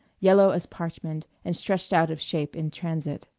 yellow as parchment and stretched out of shape in transit.